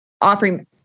offering